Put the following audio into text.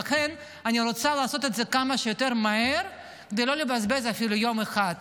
ולכן אני רוצה לעשות את זה כמה שיותר מהר כדי לא לבזבז אפילו יום אחד.